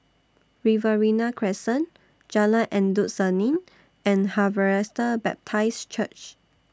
Riverina Crescent Jalan Endut Senin and Harvester Baptist Church